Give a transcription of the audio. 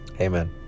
amen